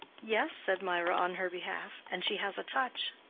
yes, said mirah, on her behalf. and she has a touch.